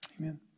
Amen